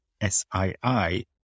SII